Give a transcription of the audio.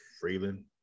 Freeland